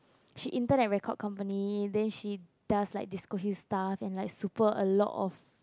she intern an record company then she does like disclose his staff and like super a lot of